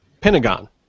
Pentagon